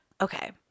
okay